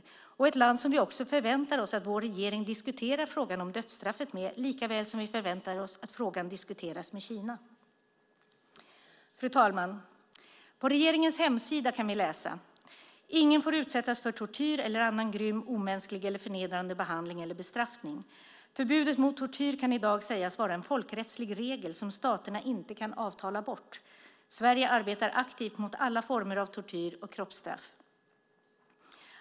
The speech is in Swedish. Det är ett land som vi också förväntar oss att vår regering diskuterar frågan om dödsstraffet med, likaväl som vi förväntar oss att frågan diskuteras med Kina. Fru talman! På regeringens hemsida kan vi läsa: Ingen får utsättas för tortyr eller annan grym, omänsklig eller förnedrande behandling eller bestraffning. Förbudet mot tortyr kan i dag sägas vara en folkrättslig regel som staterna inte kan avtala bort. Sverige arbetar aktivt mot alla former av tortyr och kroppsstraff.